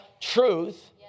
truth